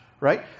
Right